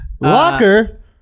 Locker